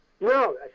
no